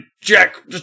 jack